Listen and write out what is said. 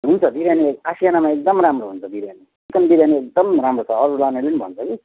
हुन्छ बिरियानीहरू आसियानामा एकदम राम्रो हुन्छ बिरियानी चिकन बिरियानी एकदम राम्रो छ अरू लानेले पनि भन्छ कि